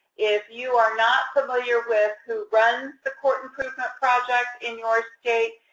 if you are not familiar with who runs the court improvement project in your state,